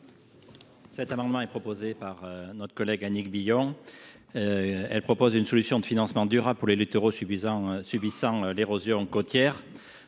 cet amendement, notre collègue Annick Billon propose une solution de financement durable pour les littoraux subissant l’érosion côtière.